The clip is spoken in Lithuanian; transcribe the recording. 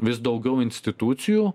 vis daugiau institucijų